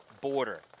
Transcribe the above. border